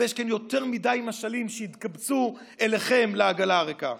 אבל יש כאן יותר מדי משלים שהתקבצו אליכם לעגלה הריקה.